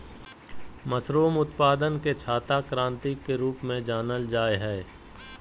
mushroom उत्पादन के छाता क्रान्ति के रूप में जानल जाय हइ